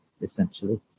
essentially